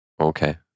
Okay